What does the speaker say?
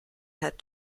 had